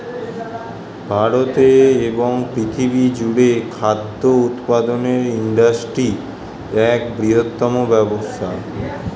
ভারতে এবং পৃথিবী জুড়ে খাদ্য উৎপাদনের ইন্ডাস্ট্রি এক বৃহত্তম ব্যবসা